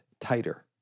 tighter